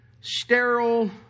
sterile